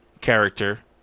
character